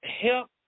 help